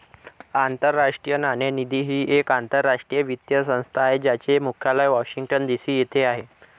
आंतरराष्ट्रीय नाणेनिधी ही एक आंतरराष्ट्रीय वित्तीय संस्था आहे ज्याचे मुख्यालय वॉशिंग्टन डी.सी येथे आहे